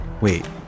Wait